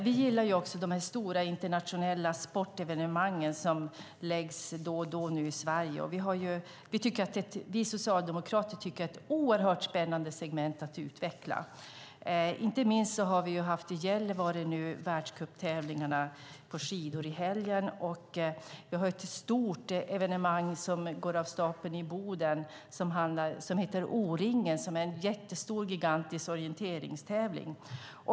Vi gillar de stora internationella sportevenemangen, som då och då förläggs i Sverige. Vi socialdemokrater tycker att det är ett oerhört spännande segment att utveckla. I Gällivare har vi haft världscupstävlingar på skidor i helgen, och ett stort evenemang går av stapeln i Boden som heter O-Ringen och som är en gigantisk orienteringstävling.